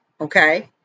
Okay